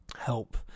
help